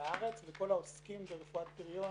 בארץ וכל העוסקים ברפואת פריון